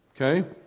Okay